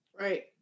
Right